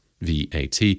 VAT